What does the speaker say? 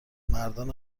مردان